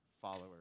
followers